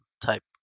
type